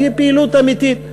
ותהיה פעילות אמיתית.